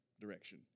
direction